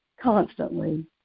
constantly